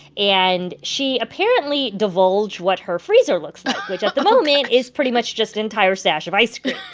and she apparently divulged what her freezer looks like, which, at the moment, is pretty much just an entire stash of ice cream.